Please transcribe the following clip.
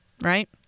right